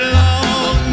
long